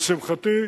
לשמחתי,